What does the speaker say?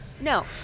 No